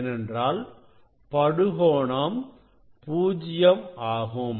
ஏனென்றால் படுகோணம் பூஜ்யம் ஆகும்